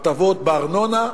הטבות בארנונה,